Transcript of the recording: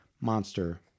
monster